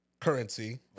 currency